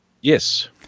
Yes